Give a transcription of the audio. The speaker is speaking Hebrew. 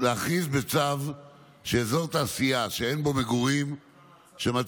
להחיל בצו שבאזור תעשייה שאין בו מגורים אשר